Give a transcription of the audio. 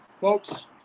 folks